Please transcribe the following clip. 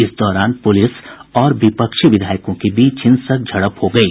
इस दौरान पुलिस और विपक्षी विधायकों के बीच हिंसक झड़प हो गयी